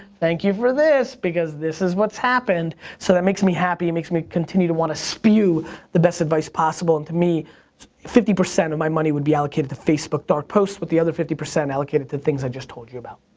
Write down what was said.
thank you for this because this is what's happened. so that makes me happy, makes me continue to wanna spew the best advice possible, and to me fifty percent of my money would be allocated to facebook dark posts but the other fifty percent allocated to things i just told you about.